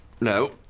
No